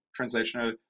translational